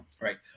Right